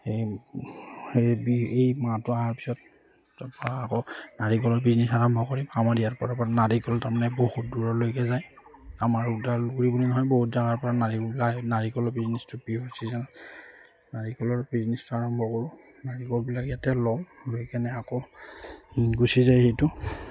সেই এই মাহটো অহাৰ পিছত তাৰপৰা আকৌ নাৰিকলৰ বিজনেছ আৰম্ভ কৰিম আমাৰ ইয়াৰপৰা নাৰিকল তাৰমানে বহুত দূৰলৈকে যায় আমাৰ ওদালগুৰি বুলি নহয় বহুত জেগাৰপৰা নাৰিকলৰ নাৰিকলৰ বিজনেচটো বিহুৰ চিজনত নাৰিকলৰ বিজনেছটো আৰম্ভ কৰোঁ নাৰিকলবিলাক ইয়াতে লওঁ লৈ কেনে আকৌ গুচি যায় সেইটো